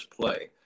play